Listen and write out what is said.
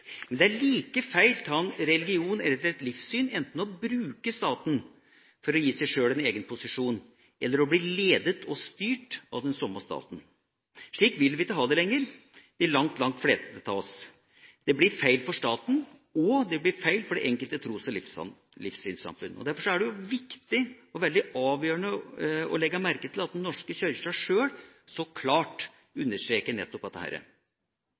Men det er like feil av en religion eller et livssyn enten å bruke staten for å gi seg sjøl en egen posisjon, eller å bli ledet og styrt av den samme staten. Slik vil vi ikke ha det lenger, de langt, langt fleste av oss. Det blir feil for staten, og det blir feil for det enkelte tros- og livssynssamfunn. Derfor er det viktig og veldig avgjørende å legge merke til at Den norske kirke sjøl så klart understreker nettopp dette. Så er det